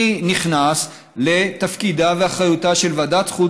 אני נכנס לתפקידה ואחריותה של ועדת חוץ